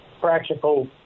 practical